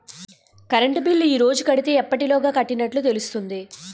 Current bill ఈ రోజు కడితే ఎప్పటిలోగా కట్టినట్టు తెలుస్తుంది?